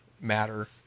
matter